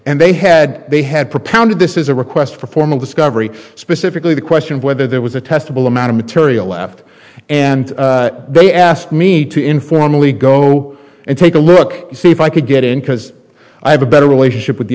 and they had they had propounded this is a request for formal discovery specifically the question of whether there was a testable amount of material left and they asked me to informally go and take a look and see if i could get in because i have a better relationship with the